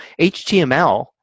HTML